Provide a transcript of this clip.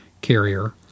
carrier